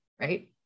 right